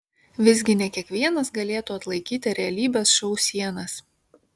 visgi ne kiekvienas galėtų atlaikyti realybės šou sienas